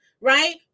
right